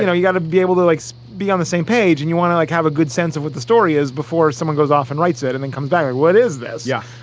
you know, you got to be able to like so be on the same page and you want to like have a good sense of what the story is before someone goes off and writes it and then comes back. what is this? yeah,